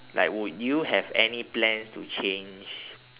like would you have any plans to change